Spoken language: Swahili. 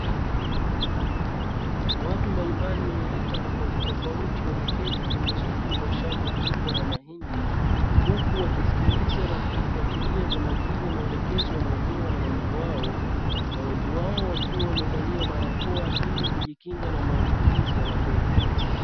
Watu mbalimbali wenye rika tofautitofauti wameketi pembezoni mwa shamba kubwa la mahindi huku wakisikiliza na kufuatilia kwa makini maelekezo wanayopewa na mwalimu wao, na wengi wao wakiwa wamevalia barakoa ili kujikinga na maambukizi ya magonjwa.